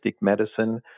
medicine